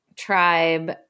Tribe